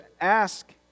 ask